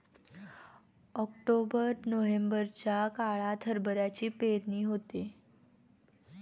October नोव्हेंबरच्या काळात हरभऱ्याची पेरणी होते